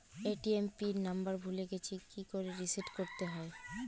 ATM pin number ভুলে গেছি কি করে রিসেট করতে হয়?